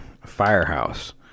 firehouse